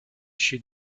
she